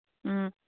ꯎꯝ